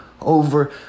over